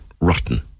rotten